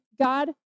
God